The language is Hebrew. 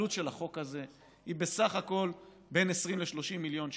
העלות של החוק הזה היא בסך הכול בין 20 ל-30 מיליון שקלים.